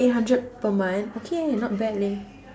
eight hundred per month okay leh not bad leh